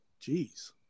Jeez